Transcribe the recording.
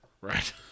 Right